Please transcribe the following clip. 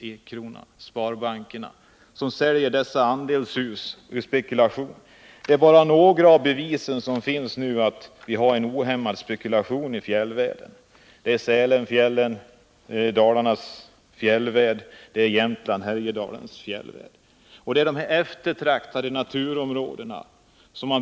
Det är sparbankerna som säljer dessa hus i spekulationssyfte. Detta är bara ett av de bevis som finns för att vi nu har en ohämmad spekulation i fjällvärlden. Det gäller Sälenfjällen, Dalarnas fjällvärld, Jämtlands och Härjedalens fjällvärld. I dessa eftertraktade områden